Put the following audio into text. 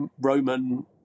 Roman